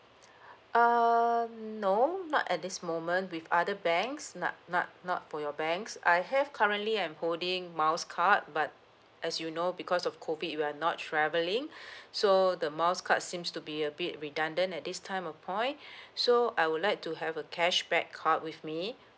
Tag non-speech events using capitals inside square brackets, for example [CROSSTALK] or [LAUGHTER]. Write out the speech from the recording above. [BREATH] um no not at this moment with other banks nut nut not for your banks I have currently I'm holding miles card but as you know because of COVID we are not travelling [BREATH] so the miles card seems to be a bit redundant at this time of point [BREATH] so I would like to have a cashback card with me [BREATH]